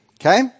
Okay